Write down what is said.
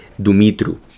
Dumitru